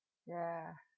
ya